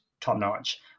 top-notch